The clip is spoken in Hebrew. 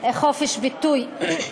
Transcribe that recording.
חופש ביטוי.